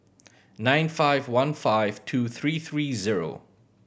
nine five one five two three three zero